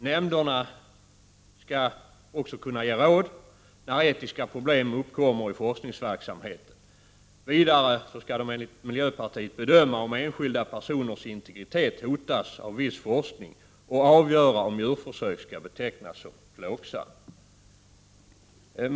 Nämnderna skall också kunna ge råd när etiska problem uppkommer i forskningsverksamheten. Vidare skall de enligt miljöpartiet bedöma om enskilda personers integritet hotas av viss forskning och avgöra om djurförsök skall betecknas som plågsamma.